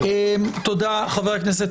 עו"ד